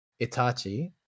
itachi